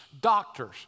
doctors